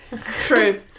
True